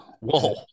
Whoa